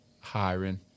hiring